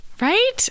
Right